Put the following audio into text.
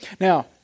Now